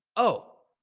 oh,